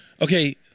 okay